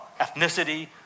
ethnicity